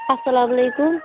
اَسلامُ علیکُم